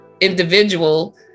individual